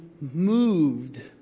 moved